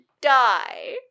die